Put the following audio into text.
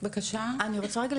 אני רוצה רק להתייחס.